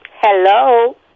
Hello